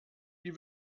die